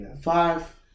five